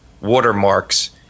watermarks